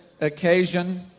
occasion